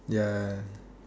ya